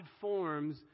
forms